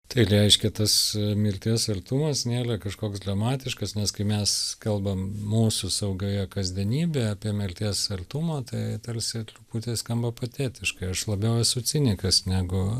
tai reiškia tas mirties artumas nėra kažkoks dramatiškas nes kai mes kalbam mūsų saugioje kasdienybėj apie mirties artumą tai tarsi truputį skamba patetiškai aš labiau esu cinikas negu